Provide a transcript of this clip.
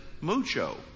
mucho